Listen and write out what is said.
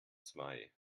zwei